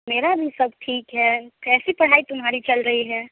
मेरा भी सब ठीक है कैसी पढ़ाई तुम्हारी चल रही है